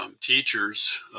teachers